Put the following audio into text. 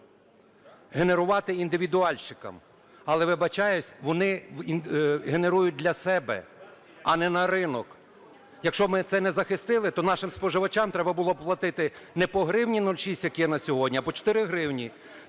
генерувати індивідуальщикам. Але, вибачаюсь, вони генерують для себе, а не на ринок. Якщо б ми це не захистили, то нашим споживачам треба було платити не по 1 гривні 06, як є на сьогодні, а по 4 гривні.